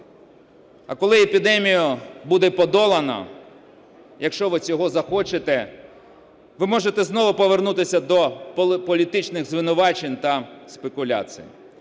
А коли епідемію буде подолано, якщо ви цього захочете, ви можете знову повернутись до політичних звинувачень та спекуляцій,